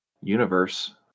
universe